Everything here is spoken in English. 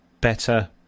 better